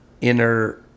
inner